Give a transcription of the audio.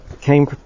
came